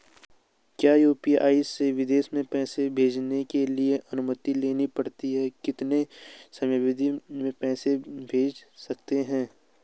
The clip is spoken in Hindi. क्या यु.पी.आई से विदेश में पैसे भेजने के लिए अनुमति लेनी पड़ती है कितने समयावधि में पैसे भेज सकते हैं?